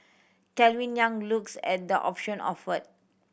Calvin Yang looks at the option offered